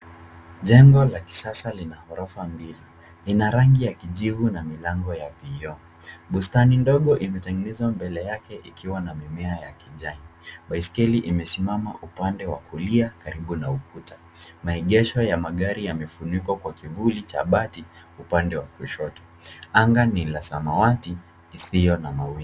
Jengo la kisasa lina ghorofa mbili. Ina rangi ya kijivu na milango ya vioo. Bustani ndogo imetengenezwa mbele yake ikiwa na mimea ya kijani. Baiskeli imesimama upande wa kulia karibu na ukuta, maegesho ya magari yamefunikwa kwa kivuli cha bati upande wa kushoto, anaga ni ya samawati isiyo na mawingu.